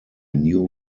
new